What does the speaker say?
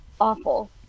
awful